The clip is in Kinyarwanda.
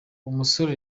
umusore